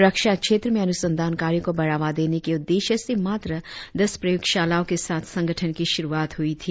रक्षा क्षेत्र में अनुसंधान कार्य को बढ़ावा देने के उद्देश्य से मात्र दस प्रयोगशालाओं के साथ संगठन की श्रुआत हुई थी